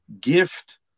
gift